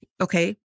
okay